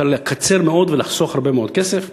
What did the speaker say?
אפשר לקצר מאוד ולחסוך הרבה מאוד כסף.